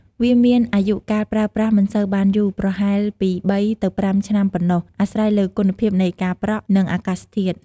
វាមាន អាយុកាលប្រើប្រាស់មិនសូវបានយូរ ប្រហែលពី ៣ ទៅ ៥ ឆ្នាំប៉ុណ្ណោះ អាស្រ័យលើគុណភាពនៃការប្រក់ និងអាកាសធាតុ។